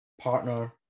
partner